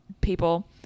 people